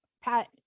Pat